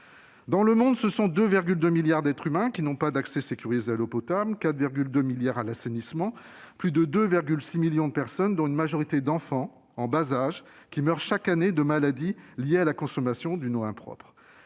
Dans le monde, 2,2 milliards d'êtres humains ne disposent pas d'accès sécurisé à l'eau potable et 4,2 milliards à l'assainissement. Plus de 2,6 millions de personnes, dont une majorité d'enfants en bas âge, meurent chaque année de maladies liées à la consommation d'une eau impropre.